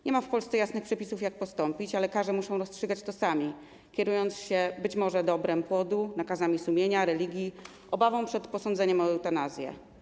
Nie ma w Polsce jasnych przepisów, jak postąpić, a lekarze muszą rozstrzygać to sami, kierując się być może dobrem płodu, nakazami sumienia, religii, obawą przed posądzeniem o eutanazję.